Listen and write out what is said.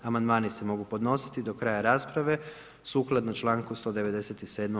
Amandmani se mogu podnositi do kraja rasprave sukladno čl. 197.